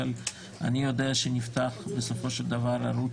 אבל אני יודע שנפתח בסופו של דבר ערוץ